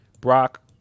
Brock